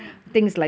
ya